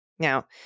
Now